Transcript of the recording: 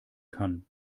kann